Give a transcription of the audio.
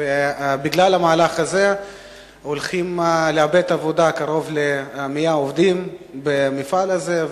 ובגלל המהלך הזה הולכים לאבד את העבודה קרוב ל-100 עובדים במפעל הזה,